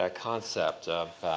ah concept of